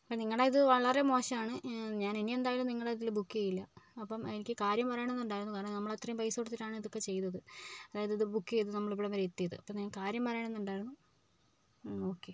അപ്പോൾ നിങ്ങളുടേത് വളരെ മോശമാണ് ഞാൻ എനി എന്തായാലും നിങ്ങളുടേതിൽ ബുക്ക് ചെയ്യില്ല അപ്പം എനിക്ക് കാര്യം പറയണമെന്നുണ്ടായിരുന്നു കാരണം നമ്മളത്രയും പൈസ കൊടുത്തിട്ടാണല്ലോ ഇതിപ്പോൾ ചെയ്തത് അതായത് ഇത് ബുക്ക് ചെയ്തത് നമ്മളിവിടെവരെ എത്തിയത് അപ്പോൾ കാര്യം പറയണം എന്നുണ്ടായിരുന്നു ഓക്കേ